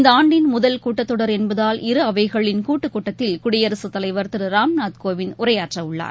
இந்தஆண்டின் முதல் கூட்டத்தொடர் என்பதால் இரு அவைகளின் கூட்டுக்கூட்டத்தில் குடியரசுத் தலைவர் திருராம்நாத் கோவிந்த் உரையாற்றஉள்ளார்